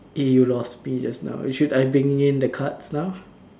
eh you lost me just now should I bring in the cards now